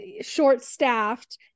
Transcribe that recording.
short-staffed